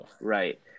right